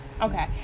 Okay